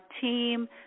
team